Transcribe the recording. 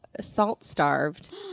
salt-starved